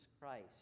Christ